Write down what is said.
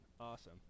Awesome